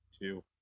two